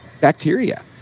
bacteria